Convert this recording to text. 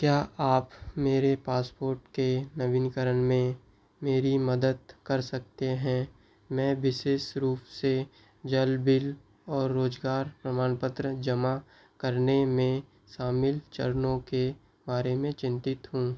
क्या आप मेरे पासपोट के नवीनीकरण में मेरी मदद कर सकते हैं मैं विशेष रूप से जल बिल और रोज़गार प्रमाणपत्र जमा करने में शामिल चरणों के बारे में चिंतित हूँ